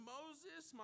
Moses